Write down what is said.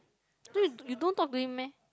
then you you don't talk to him meh